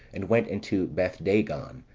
and went into bethdagon,